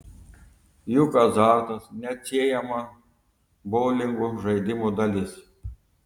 juk azartas neatsiejama boulingo žaidimo dalis